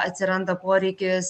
atsiranda poreikis